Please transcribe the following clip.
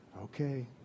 Okay